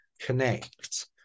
connect